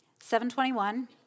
721